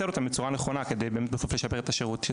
אותם בצורה נכונה כדי באמת בסוף לשפר את השירות,